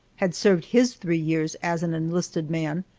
had served his three years as an enlisted man,